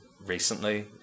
recently